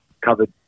covered